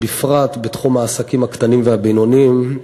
בפרט בתחום העסקים הקטנים והבינוניים.